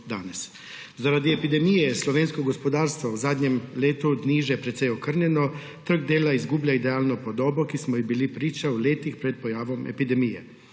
Zaradi epidemije je slovensko gospodarstvo v zadnjem letu dni že precej okrnjeno, trg dela izgublja idealno podobo, ki smo ji bili priča v letih pred pojavom epidemije.